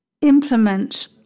implement